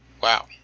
Wow